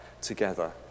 together